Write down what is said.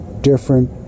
different